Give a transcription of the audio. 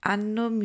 Anno